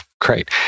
great